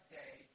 day